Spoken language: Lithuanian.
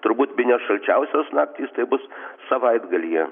turbūt bene šalčiausios naktys tai bus savaitgalyje